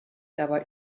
dabei